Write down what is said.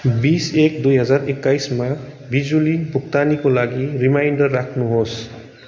बिस एक दुई हजार एक्काइसमा बिजुली भुक्तानीको लागि रिमाइन्डर राख्नुहोस्